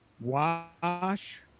Wash